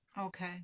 Okay